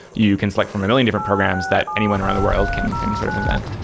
you can select from a million different programs that anyone around the world can can sort of invent.